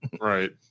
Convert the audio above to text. Right